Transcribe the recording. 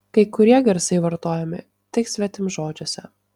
kai kurie garsai vartojami tik svetimžodžiuose